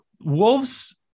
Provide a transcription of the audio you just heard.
Wolves